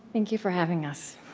thank you for having us